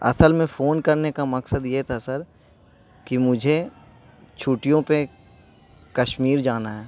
اصل میں فون کرنے کا مقصد یہ تھا سر کہ مجھے چھٹیوں پہ کشمیر جانا ہے